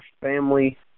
family